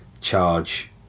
charge